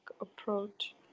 approach